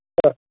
ಹಾಂ